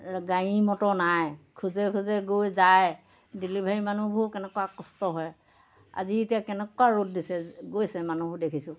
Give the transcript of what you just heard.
গাড়ী মটৰ নাই খোজে খোজে গৈ যায় ডেলিভাৰী মানুহবোৰ কেনেকুৱা কষ্ট হয় আজি এতিয়া কেনেকুৱা ৰ'দ দিছে গৈছে মানুহবোৰ দেখিছোঁ